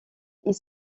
ils